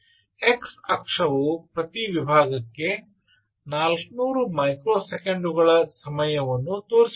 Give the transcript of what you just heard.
X ಅಕ್ಷವು ಪ್ರತಿ ವಿಭಾಗಕ್ಕೆ 400 ಮೈಕ್ರೊ ಸೆಕೆಂಡುಗಳ ಸಮಯವನ್ನು ತೋರಿಸುತ್ತದೆ